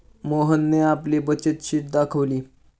मोहनने आपली बचत शीट दाखवली